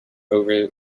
over